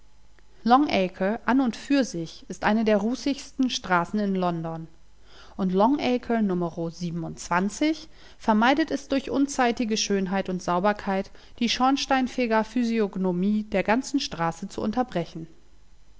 an und für sich ist eine der rußigsten straßen in london und long acre numero siebenundzwanzig vermeidet es durch unzeitige schönheit und sauberkeit die schornsteinfegerphysiognomie der ganzen straße zu unterbrechen